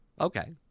Okay